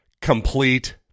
complete